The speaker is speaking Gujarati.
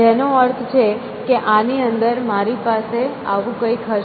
જેનો અર્થ છે કે આની અંદર મારી પાસે આવું કંઈક હશે